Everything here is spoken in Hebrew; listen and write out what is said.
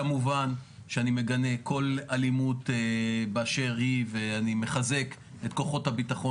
כמובן שאני מגנה כל אלימות באשר היא ואני מחזק את כוחות הביטחון